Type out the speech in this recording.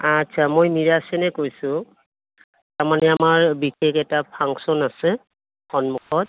আচ্ছা মই মীৰা সেনে কৈছোঁ তাৰমানে আমাৰ বিশেষ এটা ফাংচন আছে সন্মুখত